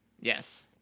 yes